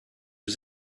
was